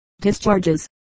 discharges